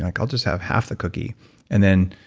like i'll just have half the cookie and then,